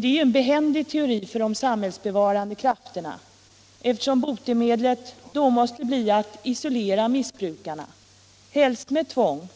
Det är ju en behändig teori för de samhällsbevarande krafterna, eftersom botemedlet då måste bli att isolera missbrukarna, helst med tvång.